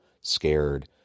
scared